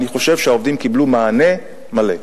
אני חושב שהעובדים קיבלו מענה מלא.